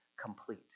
complete